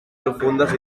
profundes